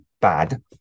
bad